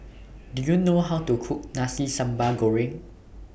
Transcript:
Do YOU know How to Cook Nasi Sambal Goreng